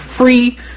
free